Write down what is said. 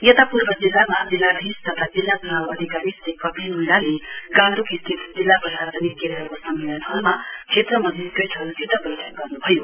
यता पूर्व जिल्लामा जिल्लाधीश तथा जिल्ला चुनाव अधिकारी श्री कपिल मीणाले गान्तोक स्थित जिल्ला प्रशासनिक केन्द्रको सम्मेलन हलमा क्षेत्र मजिस्ट्रेटहरुसित बैठक गर्नुभयो